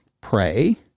pray